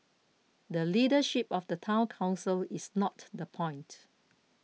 the leadership of the Town Council is not the point